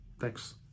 Thanks